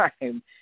time